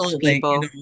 people